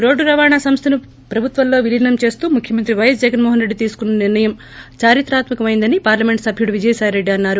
రోడ్లు రవాణా సంస్లను ప్రభుత్వంలో విలీనం చేస్తూ ముఖ్యమంత్రి వైఎస్ జగన్మోహన్రెడ్డి తీసుకున్న నిర్ణయం చారిత్రాత్మ కమైనదని పార్లమెంట్ సభ్యుడు విజయసాయిరెడ్లో అన్నారు